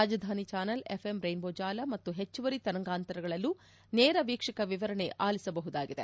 ರಾಜಧಾನಿ channel FM Rainbow ಜಾಲ ಮತ್ತು ಹೆಚ್ಚುವರಿ ತರಂಗಾಂತರಗಳಲ್ಲೂ ನೇರ ವೀಕ್ಷಕ ವಿವರಣೆ ಆಲಿಸಬಹುದಾಗಿದೆ